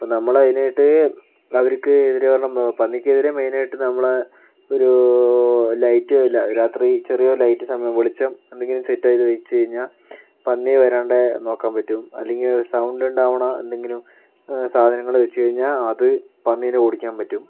അപ്പം നമ്മൾ അതിനായിട്ട് അവർക്ക് എതിരു പറയുമ്പോൾ പന്നിക്ക് എതിരെ മെയിനായിട്ട് നമ്മള ഒരു ലൈറ്റ് രാത്രി ചെറിയ ഒരു ലൈറ്റ് സമയം വെളിച്ചം ഏതെങ്കിലും സെറ്റ് ചെയ്ത് വെച്ച് കഴിഞ്ഞാൽ പന്നി വരാണ്ട് നോക്കാൻ പറ്റും അല്ലെങ്കിൽ സൗണ്ട് ഉണ്ടാവണ എന്തെങ്കിലും സാധനങ്ങൾ വെച്ച് കഴിഞ്ഞാൽ അത് പന്നിയെ ഓടിക്കാൻ പറ്റും